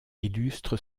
illustre